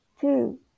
Two